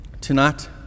tonight